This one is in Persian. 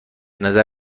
نظر